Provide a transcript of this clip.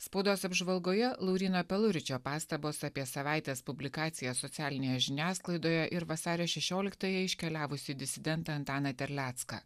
spaudos apžvalgoje lauryno peluričio pastabos apie savaitės publikaciją socialinėje žiniasklaidoje ir vasario šešioliktąją iškeliavusį disidentą antaną terlecką